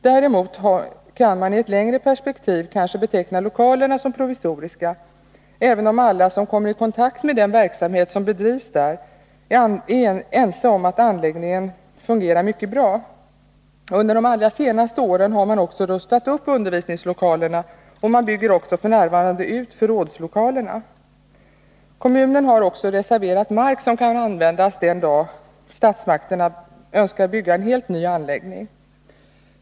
Däremot kan man i ett längre perspektiv kanske beteckna lokalerna som provisoriska, även om alla som kommer i kontakt med den verksamhet som bedrivs vid anläggningen är ense om att skolan fungerar mycket bra. Under de allra senaste åren har man också rustat upp undervisningslokalerna, och man bygger f. n. ut förrådslokalerna. Kommunen har också reserverat mark som kan användas den dag statsmakterna önskar bygga en helt ny anläggning.